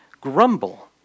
grumble